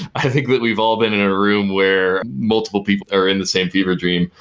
i think we've all been in a room where multiple people are in the same fever dream.